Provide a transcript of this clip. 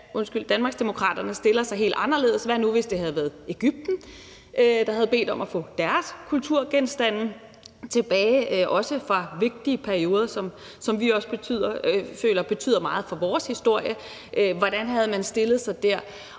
at Danmarksdemokraterne stiller sig helt anderledes. Hvad nu, hvis det havde været Egypten, der havde bedt om at få deres kulturgenstande tilbage, også fra vigtige perioder, som vi også føler betyder meget for vores historie? Hvordan havde man stillet sig der?